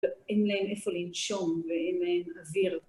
אין להם איפה לנשום ואין להם אוויר.